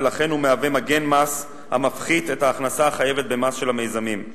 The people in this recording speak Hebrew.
ולכן הוא מהווה מגן מס המפחית את ההכנסה החייבת במס של המיזמים.